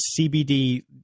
CBD